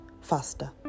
faster